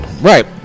Right